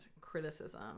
criticism